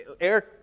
Eric